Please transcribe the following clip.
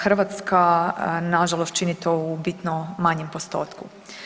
Hrvatska nažalost čini to u bitno manjem postotku.